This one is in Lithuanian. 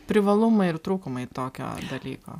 privalumai ir trūkumai tokio dalyko